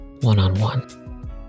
One-on-one